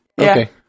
Okay